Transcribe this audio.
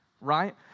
right